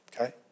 okay